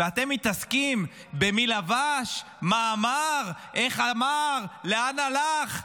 ואתם מתעסקים במי לבש, מה אמר, איך אמר, לאן הלך.